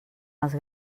els